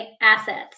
Assets